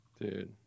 Dude